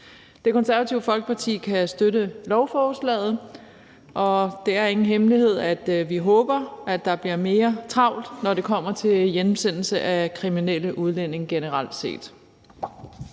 Det Konservative Folkeparti kan støtte lovforslaget. Og det er ingen hemmelighed, at vi håber, at der bliver mere travlt, når det kommer til hjemsendelse af kriminelle udlændinge generelt set.